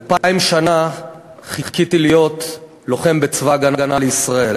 אלפיים שנה חיכיתי להיות לוחם בצבא ההגנה לישראל,